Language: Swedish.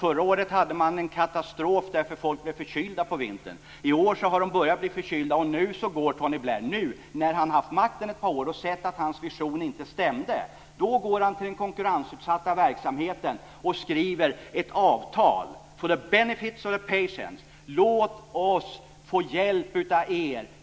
Förra året hade man en katastrof därför att folk blev förkylda på vintern. I år har de börjat bli förkylda. Och nu går Tony Blair - nu, när han har haft makten ett par år och sett att hans vision inte stämde - till den konkurrensutsatta verksamheten och skriver ett avtal for the benefit of patients: Låt oss få hjälp av er.